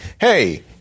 Hey